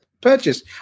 purchase